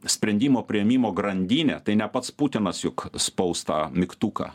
sprendimo priėmimo grandinė tai ne pats putinas juk spaus tą mygtuką